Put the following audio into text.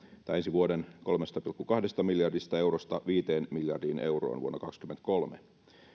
vuoden kolmesta pilkku kahdesta miljardista eurosta viiteen miljardiin euroon vuonna kaksikymmentäkolme